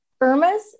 Irma's